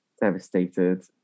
devastated